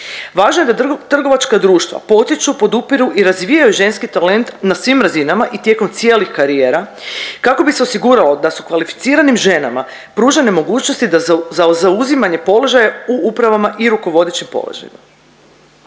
Važno je da trgovačka društva potiču, podupiru i razvijaju ženski talent na svim razinama i tijekom cijelih karijera kako bi se osiguralo da su kvalificiranim ženama pružene mogućnosti za zauzimanje položaja u upravama i rukovodećim položajima.